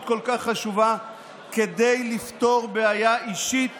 כל כך חשובה כדי לפתור בעיה אישית